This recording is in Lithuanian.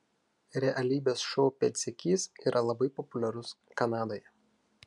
realybės šou pėdsekys yra labai populiarus kanadoje